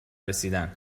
رسیدن